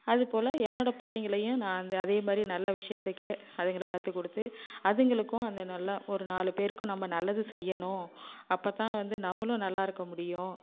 அதுப்போல் என்னோட பிள்ளைங்களையும் நான் அந்த அதேமாதிரி நல்ல விஷயத்துக்கு அதுங்களை கற்றுக்குடுத்து அதுங்களுக்கும் அந்த நல்ல ஒரு நாலு பேருக்கும் நம்ப நல்லது செய்யணும் அப்போத்தான் வந்து நம்பளும் நல்லாருக்க முடியும்